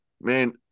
man